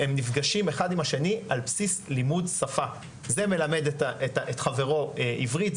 הם נפגשים אחד עם השני על בסיס לימוד שפה זה מלמד את חברו עברית,